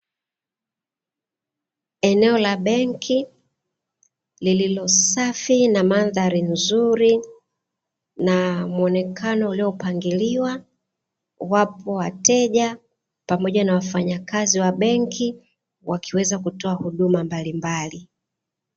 Eneo la Benki lililo safi na mandhali nzuri na muonekano uliopangiliwa, wapo wateja pamoja na wafanyakazi wa benki wakiweza kutoa huduma mbalimbali.